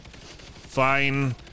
Fine